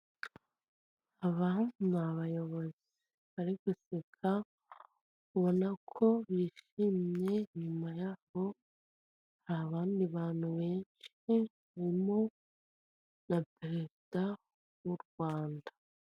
Aba ni abayobozi bari guseka, ubona ko bishimye, inyuma yabo hari abandi bantu benshi barimo na perezida w'u Rwanda.